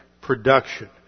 production